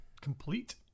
Complete